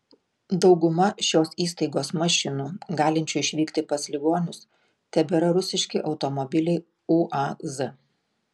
dauguma šios įstaigos mašinų galinčių išvykti pas ligonius tebėra rusiški automobiliai uaz